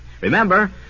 Remember